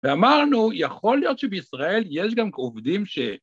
‫ואמרנו, יכול להיות שבישראל ‫יש גם עובדים ש...